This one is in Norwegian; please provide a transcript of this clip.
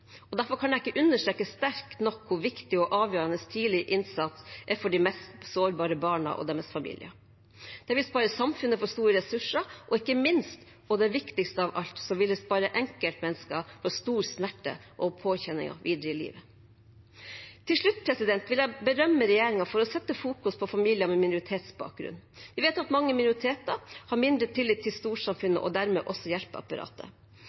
Derfor kan jeg ikke understreke sterkt nok hvor viktig og avgjørende tidlig innsats er for de mest sårbare barna og deres familier. Det vil spare samfunnet for store ressurser, og ikke minst – og det viktigste av alt – vil det spare enkeltmennesker for stor smerte og påkjenninger videre i livet. Til slutt vil jeg berømme regjeringen for å fokusere på familier med minoritetsbakgrunn. Vi vet at mange minoriteter har mindre tillit til storsamfunnet, og dermed også til hjelpeapparatet.